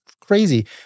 crazy